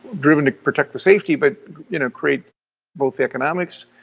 driven to protect the safety, but you know create both economics.